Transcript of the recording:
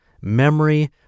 memory